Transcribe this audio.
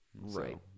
Right